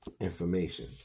information